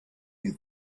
you